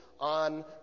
on